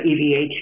EVH